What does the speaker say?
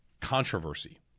controversy